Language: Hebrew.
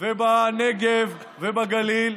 בנגב ובגליל,